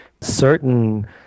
certain